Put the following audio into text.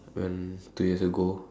when two years ago